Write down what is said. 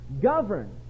govern